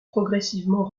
progressivement